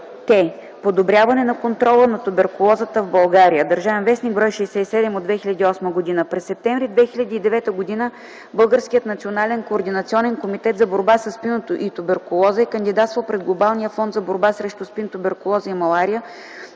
„Подобряване на контрола на туберкулозата в България” (ДВ, бр. 67 от 2008 г.). През септември 2009 г. Българският национален координационен комитет за борба със СПИН и туберкулоза е кандидатствал пред Глобалния фонд за борба срещу СПИН, туберкулоза и малария